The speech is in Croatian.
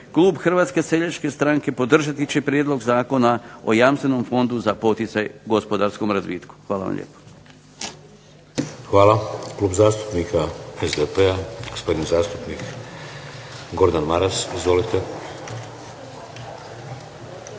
klub Hrvatske seljačke stranke podržati će Prijedlog zakona o Jamstvenom fondu za poticaj gospodarskom razvitku. Hvala vam lijepo. **Šeks, Vladimir (HDZ)** Hvala. Klub zastupnika SDP-a gospodin zastupnik Gordan Maras. Izvolite.